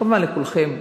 כמובן לכולכם,